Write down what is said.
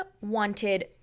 wanted –